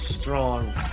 strong